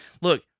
look